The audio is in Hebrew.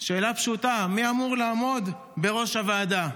שאלה פשוטה: מי אמור לעמוד בראש הוועדה,